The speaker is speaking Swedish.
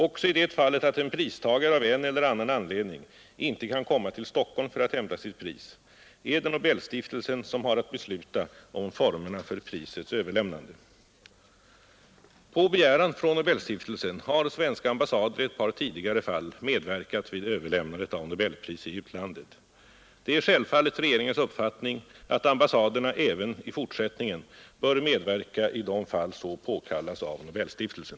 Också i det fallet att en pristagare av en eller annan anledning inte kan komma till Stockholm för att hämta sitt pris, är det Nobelstiftelsen som har att besluta om formerna för prisets överlämnande, På begäran från Nobelstiftelsen har svenska ambassader i ett par tidigare fall medverkat vid överlämnande av nobelpris i utlandet. Det är självfallet regeringens uppfattning att ambassaderna även i fortsättningen bör medverka i de fall så påkallas av Nobelstiftelsen.